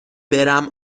برم